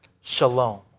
Shalom